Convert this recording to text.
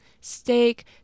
steak